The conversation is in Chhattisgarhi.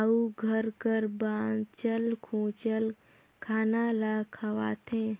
अउ घर कर बांचल खोंचल खाना ल खवाथें